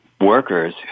workers